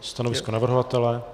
Stanovisko navrhovatele?